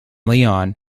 leon